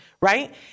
Right